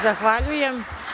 Zahvaljujem.